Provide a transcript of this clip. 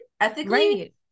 ethically